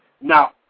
now